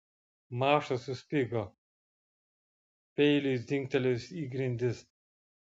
maša suspigo peiliui dzingtelėjus į grindis